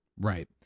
right